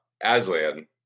Aslan